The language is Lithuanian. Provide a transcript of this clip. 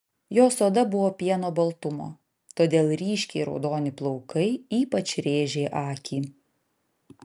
jos oda buvo pieno baltumo todėl ryškiai raudoni plaukai ypač rėžė akį